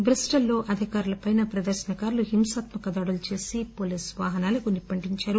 Bristol లో అధికారులపైన ప్రదర్శనకారులు హింసాత్యక దాడులు చేసి హోలీసు వాహనాలకు నిప్పంటించారు